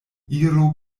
iru